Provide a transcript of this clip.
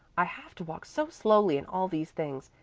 i have to walk so slowly in all these things,